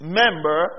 member